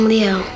Leo